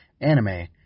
anime